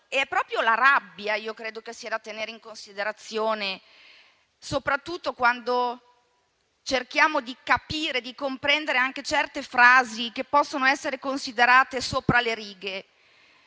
che proprio la rabbia sia da tenere in considerazione, soprattutto quando cerchiamo di capire e di comprendere certe frasi che possono essere considerate sopra le righe.